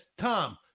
Tom